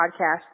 podcast